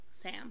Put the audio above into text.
sam